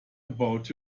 about